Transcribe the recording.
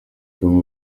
congo